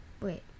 wait